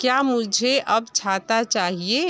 क्या मुझे अब छाता चाहिए